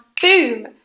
boom